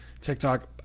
tiktok